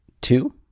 two